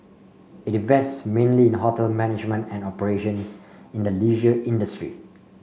it invests mainly in hotel management and operations in the leisure industry